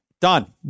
Done